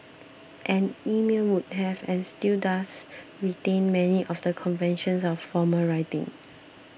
and email would have and still does retain many of the conventions of formal writing